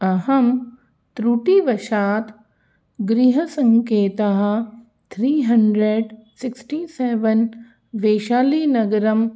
अहं त्रुटिवशात् गृहसङ्केतः थ्री हण्ड्रेड् सिक्स्टी सेवन् वैशालीनगरं